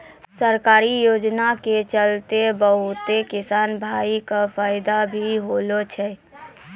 सरकारी योजना के चलतैं बहुत किसान भाय कॅ फायदा भी होलो छै